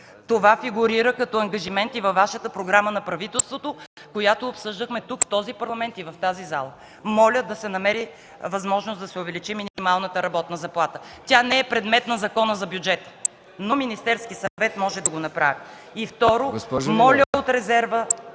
Това фигурира като ангажимент и във Вашата програма на правителството, която обсъждахме тук, в този Парламент и в тази зала. Моля да се намери възможност да се увеличи минималната работна заплата. Тя не е предмет на Закона за бюджета, но Министерският съвет може да го направи. И второ,...